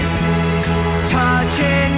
Touching